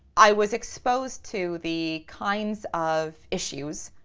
i was exposed to the kinds of issues,